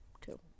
two